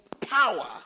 power